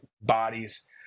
bodies